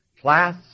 Class